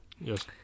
Yes